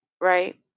right